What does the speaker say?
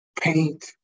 paint